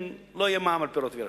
לא יהיה מע"מ על פירות וירקות.